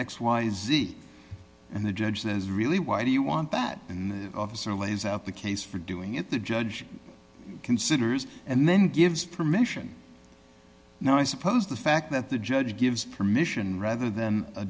z and the judge says really why do you want that and the officer lays out the case for doing it the judge considers and then gives permission now i suppose the fact that the judge gives permission rather than a